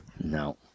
no